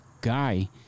guy